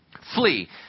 Flee